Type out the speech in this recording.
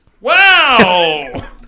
Wow